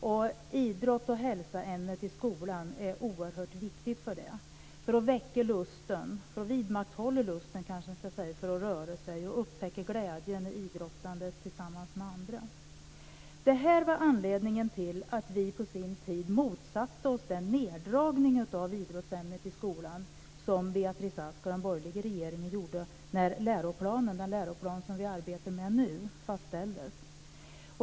Ämnet idrott och hälsa i skolan är oerhört viktigt för att vidmakthålla lusten att röra sig och upptäcka glädjen i idrottandet tillsammans med andra. Detta var anledningen till att vi på vår tid motsatte oss den neddragning av idrottsämnet i skolan som Beatrice Ask och den borgerliga regeringen gjorde när den läroplan som vi arbetar med nu fastställdes.